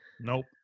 Nope